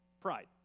Pride